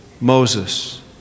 Moses